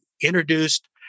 introduced